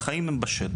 החיים הם בשטח,